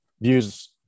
Views